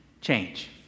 change